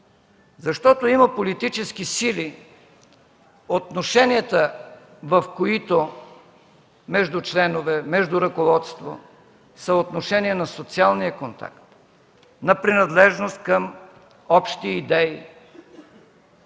Защото има политически сили, в които отношенията между членове, между ръководство са отношения на социалния контакт, на принадлежност към общи идеи.